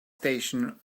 station